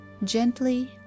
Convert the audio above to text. Gently